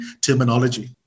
terminology